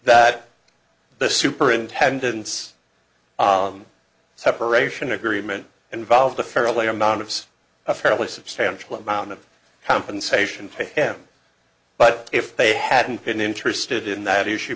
that the superintendent's separation agreement involved a fairly amount of a fairly substantial amount of compensation paid them but if they hadn't been interested in that